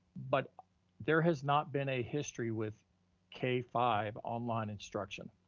but there has not been a history with k five online instruction.